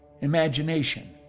imagination